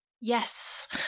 Yes